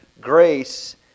grace